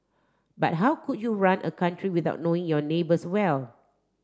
but how could you run a country without knowing your neighbours well